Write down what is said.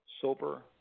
sober